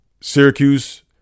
Syracuse